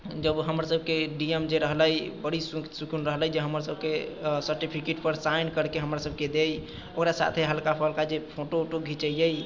जब हमरसभके D M जे रहलै बड़ी सुकून रहलै जे हमरसभके सर्टिफिकेटपर साइन करिके हमरासभके दै ओकरा साथे हल्का फुल्का जे फोटो वूटो जे घिँचैए